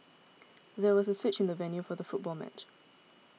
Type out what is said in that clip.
there was a switch in the venue for the football match